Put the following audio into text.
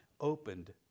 opened